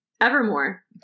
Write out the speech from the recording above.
Evermore